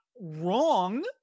wrong